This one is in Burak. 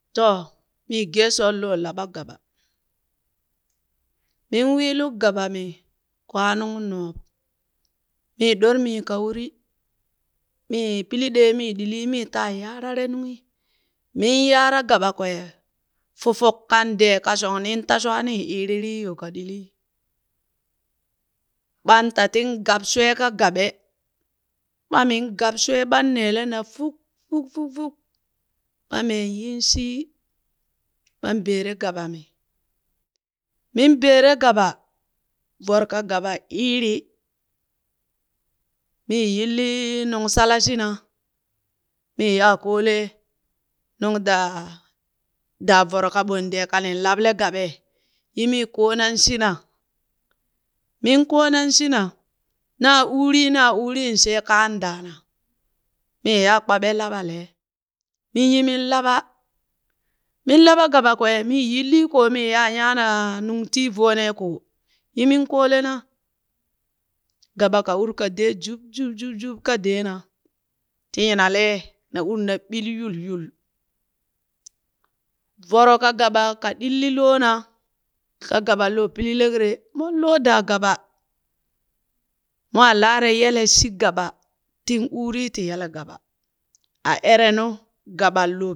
To, mii geeshoon loo laɓa gaɓa. min wii luk gaɓa mi kwanun nob, mii ɗoremii ka uli mii pili ɗee mii ɗilii mii taa yarare nunghi, min yaraa gaba kwee, fufuk kan dee kashong nin ta shwaa nii iririi yo ka ɗilii, ɓan ta tin gab shwee ka gaɓe, ɓamin gab shwee ɓan neele na fuk fuk fuk fuk ɓa meen yin shii, ɓan beere gaba mi, min beere gaba, voro ka gaban iiri, mi yilli nung shala shina, mi yaa koolee nung daa daa voro kaɓon dee kanin laɓale gabee, yi mii koonan shina, min koonan shina naa uuri naa uurii shee kaan daana, mii yiyaa kpaɓe laɓale, minyi min laaɓa, min laɓa gaba kwee mi yillii koo mi ya nyana nung tii voonee koo, yi min koolena, gaba ka uurii ka dee juk- juk- juk- juk ka dee na ti nyinalee, na uri na ɓil yul- yul, voro ka gaba ka ɗilli loona, ka gaban loo pili lekre mon lo da gaɓa mwa lare yel shi gaɓa tin uri ti yele gaɓa a ere nu gaɓa lo